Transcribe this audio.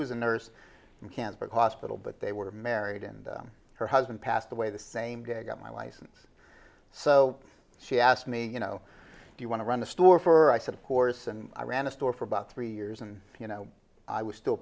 was a nurse in cancer hospital but they were married and her husband passed away the same day i got my license so she asked me you know do you want to run the store for i said of course and i ran a store for about three years and you know i was still